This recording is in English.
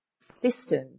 system